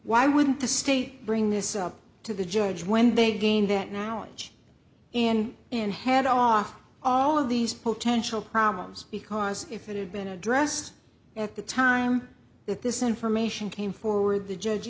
why wouldn't the state bring this up to the judge when they gain that knowledge in in head off all of these potential problems because if it had been addressed at the time that this information came forward the judge